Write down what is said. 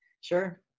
sure